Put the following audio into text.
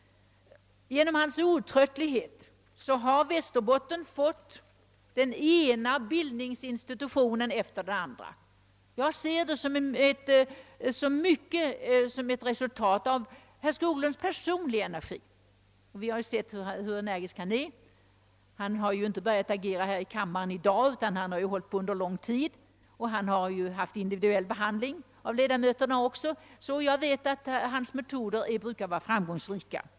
Genom hans outtröttlighet har Västerbotten fått den ena bildningsinsitutionen efter den andra. Jag betraktar alltså detta i stor utsträckning som ett resultat av herr Skoglunds personliga energi. Vi har sett hur energisk han är. Han har ju inte börjat agera här i kammaren i dag utan han har hållit på under lång tid, även genom individuell behandling av ledamöterna. Jag vet att herr Skoglunds metoder brukar vara framgångsrika.